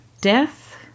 death